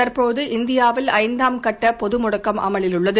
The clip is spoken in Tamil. தற்போது இந்தியாவில் ஐந்தாம் கட்ட பொது முடக்கம் அமலில் உள்ளது